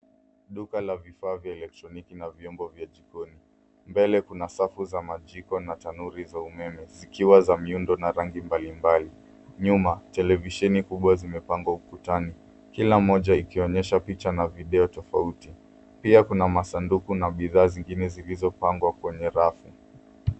Duka la vifaa vya elektroniki na vyombo vya jikoni. Mbele kuna safu za majiko na tanuri za umeme, zikiwa za miundo na rangi mbalimbali. Nyuma, televisheni kubwa zimepangwa ukutani, kila moja ikionyesha picha na video tofauti. Pia kuna masanduku na bidhaa zingine zilizopangwa kwenye rafu.